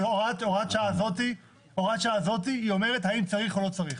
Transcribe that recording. הוראת השעה הזאת אומרת האם צריך או לא צריך?